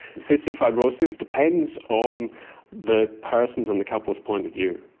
cystic fibrosis depends on the person's and the couple's point of view.